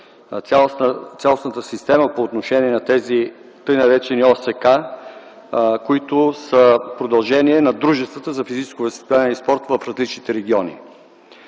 цялостната система по отношение на тези така наречени ОСК, които са продължение на дружествата за физическото възпитание и спорта в различните региони.